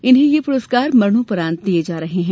इन्हें ये पुरस्कार मरणोपरांत दिये जा रहे हैं